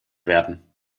werden